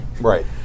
Right